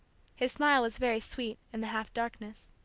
his smile was very sweet, in the half darkness,